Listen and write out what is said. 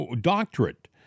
doctorate